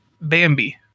Bambi